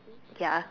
ya